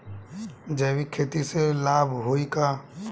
जैविक खेती से लाभ होई का?